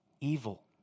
evil